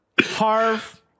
Harv